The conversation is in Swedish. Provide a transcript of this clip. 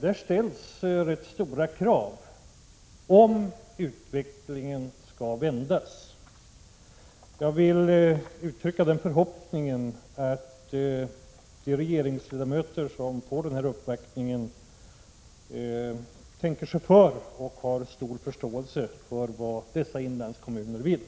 Det ställs rätt stora krav om man skall lyckas vända utvecklingen. Jag vill uttrycka den förhoppningen att de regeringsledamöter som får denna uppvaktning tänker sig för och visar stor förståelse för vad dessa inlandskommuner vill.